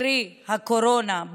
קרי הקורונה,